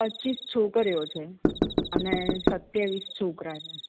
પચીસ છોકરીઓ છે અને સત્યાવીસ છોકરા છે